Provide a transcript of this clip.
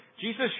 Jesus